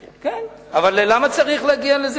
כן, אבל למה צריך להגיע לזה?